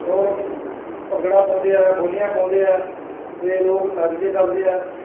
ਔਰ ਭੰਗੜਾ ਪਾਉਂਦੇ ਆ ਬੋਲੀਆਂ ਪਾਉਂਦੇ ਆ ਅਤੇ ਲੋਕ ਨੱਚਦੇ ਟੱਪਦੇ ਆ